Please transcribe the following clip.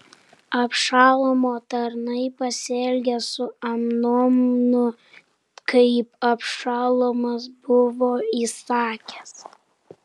abšalomo tarnai pasielgė su amnonu kaip abšalomas buvo įsakęs